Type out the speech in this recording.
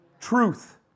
truth